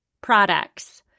products